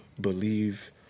believe